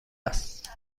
است